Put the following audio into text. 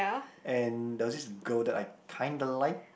and there was this girl that I kinda liked